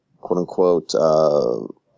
quote-unquote